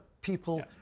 people